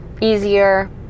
easier